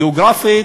גיאוגרפית.